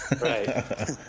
right